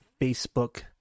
Facebook